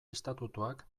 estatutuak